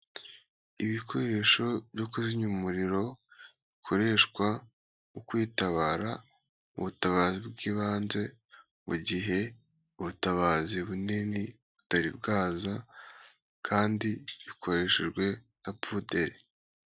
Ibikoresho byo kuzimya umuriro bikoreshwa mu kwitabara, mu butabazi bw'ibanze mu gihe ubutabazi bunini butari bwaza kandi bikoreshejwe nka puderi.